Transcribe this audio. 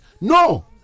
No